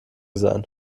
sein